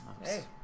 Hey